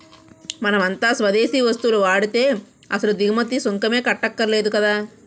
మనమంతా స్వదేశీ వస్తువులు వాడితే అసలు దిగుమతి సుంకమే కట్టక్కర్లేదు కదా